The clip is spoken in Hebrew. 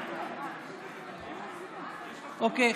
אוקיי.